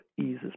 eases